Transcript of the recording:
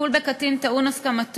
טיפול בקטין טעון הסכמת